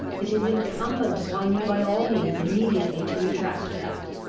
it is incumbent upon you by all means immediately to retract that.